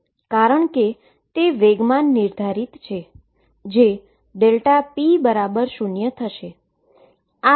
કારણ કે તે મોમેન્ટમ નિર્ધારિત છે જે p0 થશે